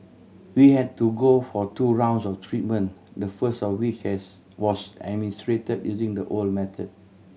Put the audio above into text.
we had to go for two rounds of treatment the first of which is was administered using the old method